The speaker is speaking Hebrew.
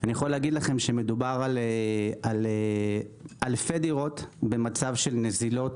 אני יכול להגיד לכם שמדובר על אלפי דירות במצב של נזילות,